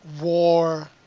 war